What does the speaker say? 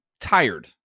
tired